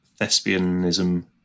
thespianism